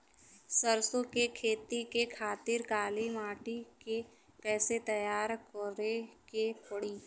सरसो के खेती के खातिर काली माटी के कैसे तैयार करे के पड़ी?